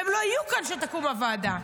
והם לא יהיו כאן כשתקום הוועדה,